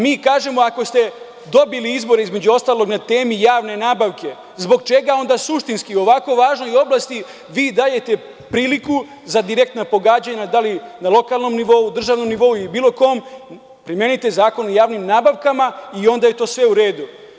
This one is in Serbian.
Mi kažemo – ako ste dobili izbor, između ostalog, na temi javne nabavke, zbog čega onda suštinski u ovako važnoj oblasti vi dajete priliku za direktna pogađanja, da li na lokalnom nivou, državnom nivou ili bilo kom, primenjujete Zakon o javnim nabavkama, i onda je to sve u redu?